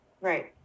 Right